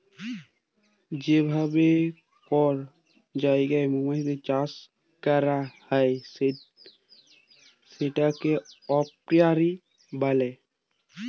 যে ভাবে কল জায়গায় মমাছির চাষ ক্যরা হ্যয় সেটাকে অপিয়ারী ব্যলে